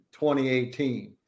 2018